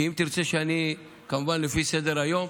כי תרצי שאני, כמובן לפי סדר-היום.